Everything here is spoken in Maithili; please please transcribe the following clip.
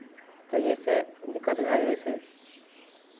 तऽ ई सँ दिक्कत भए जाइ छै